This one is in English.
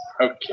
Okay